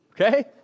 okay